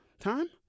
time